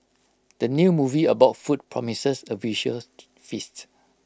the new movie about food promises A visual feast